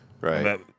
Right